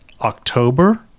October